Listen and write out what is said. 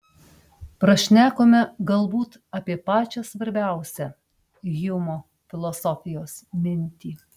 prašnekome galbūt apie pačią svarbiausią hjumo filosofijos mintį